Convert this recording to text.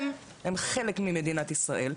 הם חלק ממדינת ישראל,